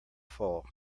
fall